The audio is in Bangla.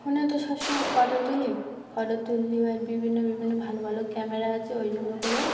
ফোনে তো সব সমময় ফটো তুলি ফটো তুললে আর বিভিন্ন বিভিন্ন ভালো ভালো ক্যামেরা আছে ওই জন্য করে